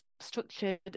Structured